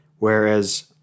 whereas